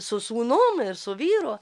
su sūnum ir su vyru